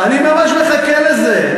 אני ממש מחכה לזה.